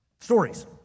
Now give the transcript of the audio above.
Stories